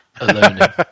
alone